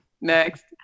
Next